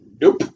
nope